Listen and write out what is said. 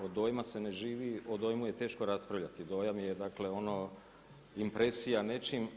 Od dojma se ne živi, o dojmu je teško raspravljati, dojam je dakle ono, impresija nečim.